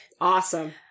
Awesome